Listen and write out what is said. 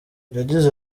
yagize